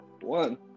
one